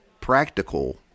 practical